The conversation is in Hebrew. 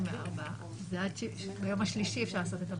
לא 24. זה עד שביום השלישי אפשר לעשות את הבדיקה.